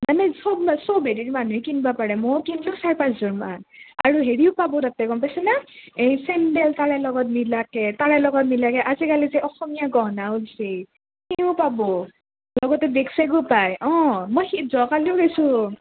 মানে চব চব হেৰিৰ মানুহে কিনবা পাৰে মইয়ো কিনলোঁ চাৰি পাঁচযোৰমান আৰু হেৰিও পাব তাতে গম পাইছে না এই চেণ্ডেল পালে লগত মিলাকে তাৰে লগত মিলাকে আজিকালি যে অসমীয়া গহনা উলচি সিয়ো পাব লগতে বেগ চেগো পাই অঁ মই সেই যোৱাকালিও গেছোঁ